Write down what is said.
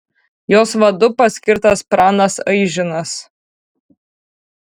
jos vadu paskirtas pranas aižinas